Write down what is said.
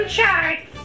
Charts